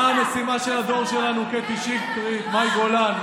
מה המשימה של הדור שלנו, קטי שטרית, מאי גולן?